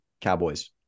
Cowboys